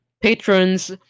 Patrons